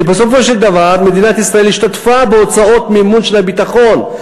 כי בסופו של דבר מדינת ישראל משתתפת בהוצאות המימון של הביטחון.